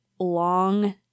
Long